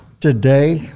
Today